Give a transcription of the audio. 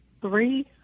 three